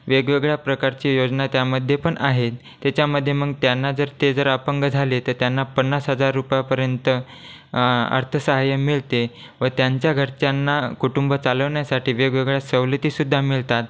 वेगवेगळ्या प्रकारचे योजना त्यामध्ये पण आहे त्याच्यामध्ये मग त्यांना जर ते जर अपंग झाले तर त्यांना पन्नास हजार रुपयापर्यंत अर्थसहाय्य मिळते व त्यांच्या घरच्यांना कुटुंब चालवण्यासाठी वेगवेगळ्या सवलती सुद्धा मिळतात